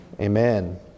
Amen